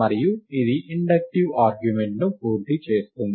మరియు ఇది inductive argument ను పూర్తి చేస్తుంది